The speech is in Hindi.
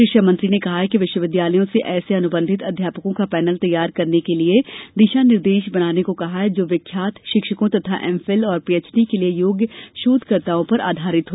शिक्षा मंत्री ने कहा कि विश्वविद्यालयों से ऐसे अनुबंधित अध्यापकों का पैनल तैयार करने के लिए दिशा निर्देश बनाने को कहा है जो विख्यात शिक्षकों तथा एम फिल और पीएचडी के लिए योग्य शोधकर्ताओं पर आधारित हो